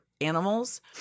animals